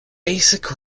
basic